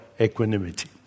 equanimity